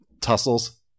tussles